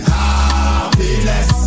Happiness